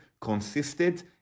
consisted